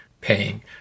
paying